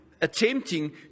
attempting